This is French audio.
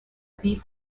ville